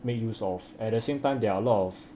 make use of at the same time there are a lot of